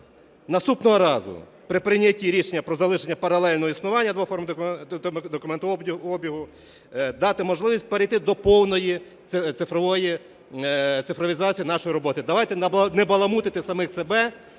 наступного разу при прийнятті рішення про залишення паралельного існування двох форм документообігу дати можливість перейти до повної цифровізації нашої роботи. Давайте не баламутити самих себе